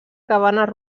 cabanes